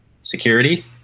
security